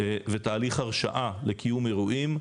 ותהליך הרשאה לקיום אירועים.